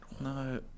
No